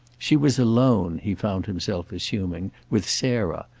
she was alone, he found himself assuming, with sarah,